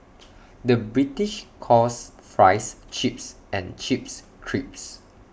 the British calls Fries Chips and Chips Crisps